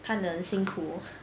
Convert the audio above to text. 看得很辛苦